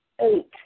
eight